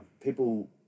People